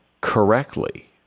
correctly